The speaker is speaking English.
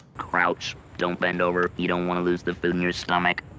crouch don't bend over. you don't want to lose the food in your stomach.